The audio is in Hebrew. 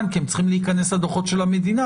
כי הם צריכים להיכנס לדוחות של המדינה,